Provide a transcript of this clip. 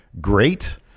Great